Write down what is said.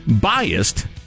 biased